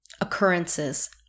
occurrences